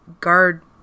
guard